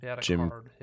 Jim